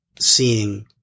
seeing